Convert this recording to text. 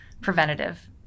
preventative